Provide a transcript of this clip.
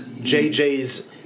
JJ's